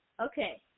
Okay